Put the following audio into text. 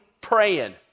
praying